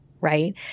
right